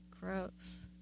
Gross